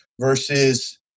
versus